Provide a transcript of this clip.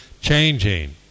changing